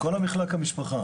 אתה